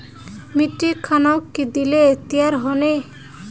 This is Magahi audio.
मिट्टी खानोक की दिले तैयार होने?